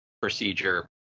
procedure